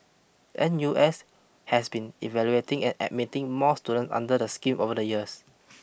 N U S has been evaluating and admitting more student under the scheme over the years